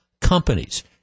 companies